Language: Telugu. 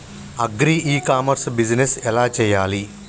అగ్రి ఇ కామర్స్ బిజినెస్ ఎలా చెయ్యాలి?